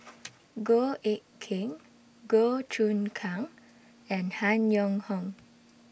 Goh Eck Kheng Goh Choon Kang and Han Yong Hong